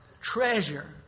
treasure